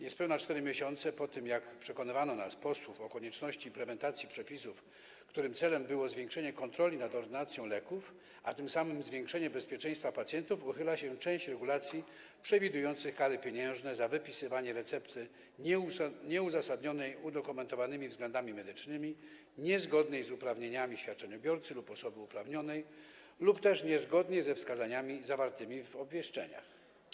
Niespełna 4 miesiące po tym, jak przekonywano nas, posłów, o konieczności implementacji przepisów, których celem było zwiększenie kontroli nad ordynacją leków, a tym samym zwiększenie bezpieczeństwa pacjentów, uchyla się część regulacji przewidujących kary pieniężne za wypisywanie recept nieuzasadnionych udokumentowanymi względami medycznymi, niezgodnych z uprawnieniami świadczeniobiorcy lub osoby uprawnionej lub niezgodnie ze wskazaniami zawartymi w obwieszczeniach.